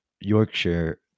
Yorkshire